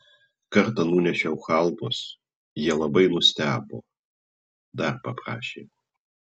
kartą nunešiau chalvos jie labai nustebo dar paprašė